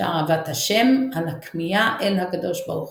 שער אהבת ה' על הכמיהה אל הקב"ה,